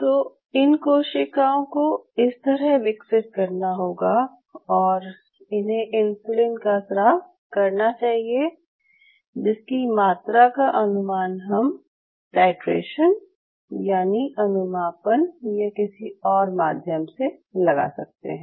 तो इन कोशिकाएं को इस तरह विकसित होना चाहिए और इन्हें इन्सुलिन का स्राव करना चाहिए जिसकी मात्रा का अनुमान हम टाइटरेशन यानि अनुमापन या किसी और माध्यम से लगा सकते हैं